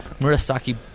Murasaki